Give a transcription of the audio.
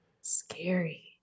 Scary